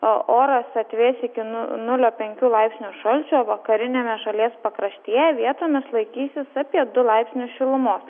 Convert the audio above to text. oras atvės iki nulio penkių laipsnių šalčio vakariniame šalies pakraštyje vietomis laikysis apie du laipsnius šilumos